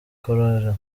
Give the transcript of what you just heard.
cholera